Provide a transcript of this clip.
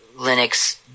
Linux